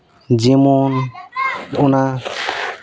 ᱡᱮᱢᱚᱱ ᱚᱱᱟ